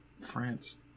France